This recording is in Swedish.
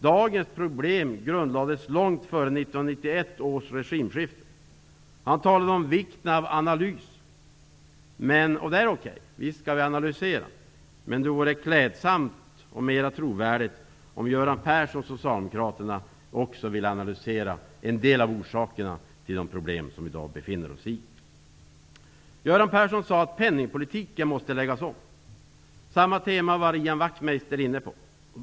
Dagens problem grundlades långt före 1991 års regimskifte. Göran Persson talade om vikten av analys. Det är okej. Visst skall vi analysera. Men det vore klädsamt och mera trovärdigt om Göran Persson och socialdemokraterna också ville analysera en del av orsakerna till de problem som vi har i dag. Göran Persson sade att penningpolitiken måste läggas om. Ian Wachtmeister var inne på samma tema.